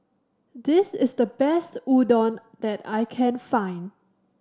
this is the best Udon that I can find